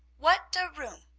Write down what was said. what der raum?